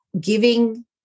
giving